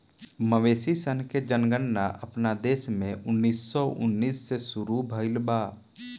मवेशी सन के जनगणना अपना देश में उन्नीस सौ उन्नीस से शुरू भईल बा